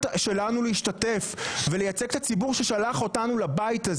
שלנו להשתתף ולייצג את הציבור שלח אותנו לבית הזה